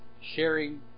sharing